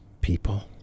people